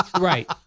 right